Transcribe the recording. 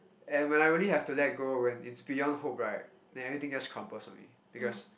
and when I really have to let go when it's beyond hope right then everything just crumbles on me